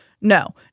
No